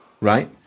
Right